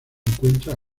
encuentra